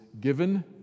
given